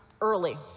early